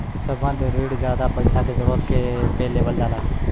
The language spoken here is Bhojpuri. संबंद्ध रिण जादा पइसा के जरूरत पे लेवल जाला